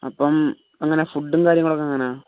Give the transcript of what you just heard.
അപ്പം എങ്ങനെയാണ് ഫുഡ്ഡും കാര്യങ്ങളൊക്കെ എങ്ങനെയാണ്